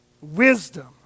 wisdom